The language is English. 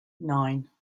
nine